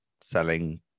selling